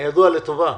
הידוע לטובה.